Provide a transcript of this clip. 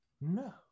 No